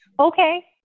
Okay